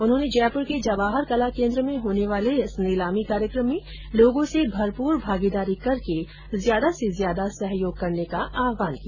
उन्होंने जयपूर के जवाहर कला केन्द्र में होने वाले इस नीलामी कार्यक्रम में लोगों से भरपूर भागीदारी करके ज्यादा से ज्यादा सहयोग करने का आह्वान किया